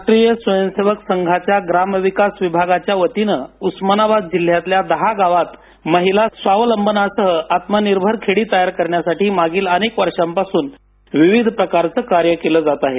राष्ट्रीय स्वयंसेवक संघाच्या ग्रामविकास विभागाच्या वतीने उस्मानाबाद जिल्ह्यातल्या दहा गावात महिला स्वावलंबना सह आत्मनिर्भर खेडी तयार करण्यासाठी मागील अनेक वर्षांपासून विविध प्रकारचे कार्य केले जात आहे